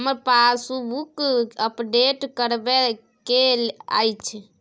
हमरा passbook update करैबे के अएछ?